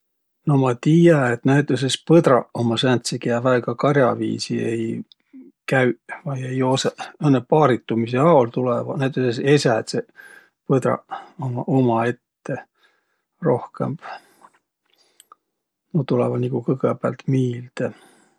No ma tiiä, et näütüses põdraq ummaq sääntseq, kiä väega kar'a viisi ei käüq vai ei joosõq. Õnnõ paaritumisõ aol tulõvaq. Näütüses esädseq põdraq ummaq umaette rokõmb, nuuq tulõvaq nigu kõgõpäält miilde.